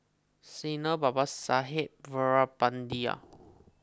Sanal Babasaheb Veerapandiya